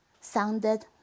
sounded